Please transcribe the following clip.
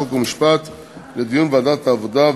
חוק ומשפט לוועדת העבודה,